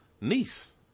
niece